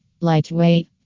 Lightweight